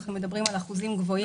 אנחנו מדברים על אחוזים גבוהים.